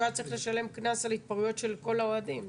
היה צריך לשלם קנס על התפרעויות של כל האוהדים.